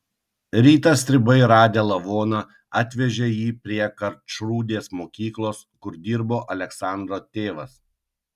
rytą stribai radę lavoną atvežė jį prie karčrūdės mokyklos kur dirbo aleksandro tėvas